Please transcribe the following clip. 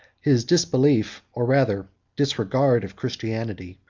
his disbelief, or rather disregard, of christianity,